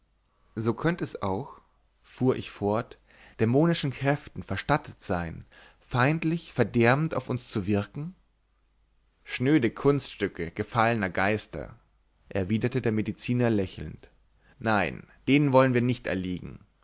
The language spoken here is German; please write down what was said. so könnt es auch fuhr ich fort dämonischen kräften verstattet sein feindlich verderbend auf uns zu wirken schnöde kunststücke gefallner geister erwiderte der mediziner lächelnd nein denen wollen wir nicht erliegen